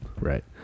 right